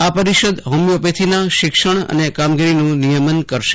આ પરિષદ હોમિયોપોતીના શિક્ષણ અને કામગીરીનું નિયમન કરશે